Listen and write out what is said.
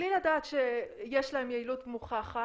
בלי לדעת שיש להם יעילות מוכחת.